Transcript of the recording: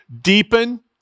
deepen